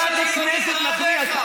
חברת הכנסת נחמיאס,